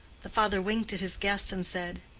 the father winked at his guest and said,